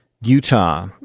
Utah